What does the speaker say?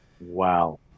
Wow